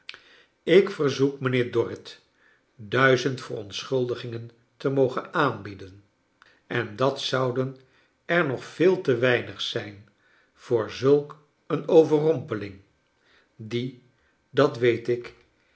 ik verzoek mijnheer dorrit duizend verontschuldigingen te mogen aanbieden en dat zouden er nog vc el te weinig zijn voor zulk een overrompeling die dat weet ik